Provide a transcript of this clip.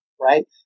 right